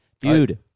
Dude